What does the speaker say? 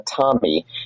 Tommy